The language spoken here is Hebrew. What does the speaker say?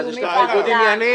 אז יש לך ניגוד עניינים.